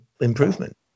improvement